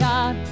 God